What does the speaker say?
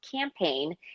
campaign